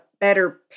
better